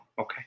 okay